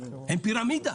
הם פירמידה.